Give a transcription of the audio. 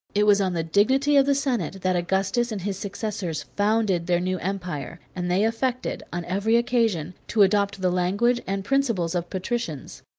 it was on the dignity of the senate that augustus and his successors founded their new empire and they affected, on every occasion, to adopt the language and principles of patricians.